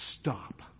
Stop